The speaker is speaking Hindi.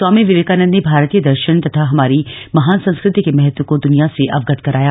स्वामी विवेकानन्द ने भारतीय दर्शन तथा हमारी महान संस्क ति के महत्व को दूनिया से अवगत कराया